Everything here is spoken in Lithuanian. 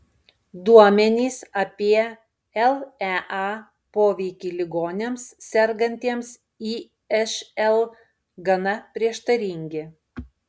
duomenys apie lea poveikį ligoniams sergantiems išl gana prieštaringi